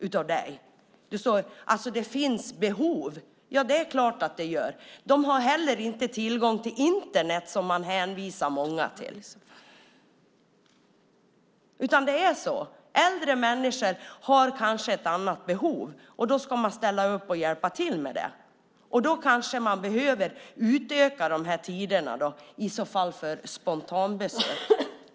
Det är klart att det finns behov av service. Alla pensionärer har heller inte tillgång till Internet, som det ofta hänvisas till. Äldre människor kan ha andra behov, och då ska man ställa upp och hjälpa dem. Och då behöver kanske tiderna för spontanbesök också utökas.